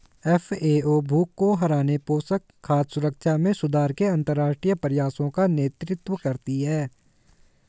FAO भूख को हराने, पोषण, खाद्य सुरक्षा में सुधार के अंतरराष्ट्रीय प्रयासों का नेतृत्व करती है